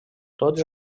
tots